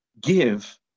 give